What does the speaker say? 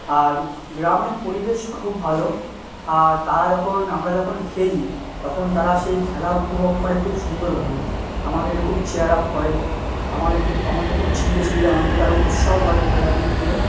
আর গ্রামের পরিবেশ খুব ভালো আর তারা যখন আমরা যখন খেলি তখন তারা সেই খেলা উপভোগ করে খুব সুন্দরভাবে আমাদেরকে খুব চিয়ার আপ করে আমাদেরকে আমাদের খুব চিল্লে চিল্লে আমাদেরকে আরো উৎসাহ করে খেলার দিক দিয়ে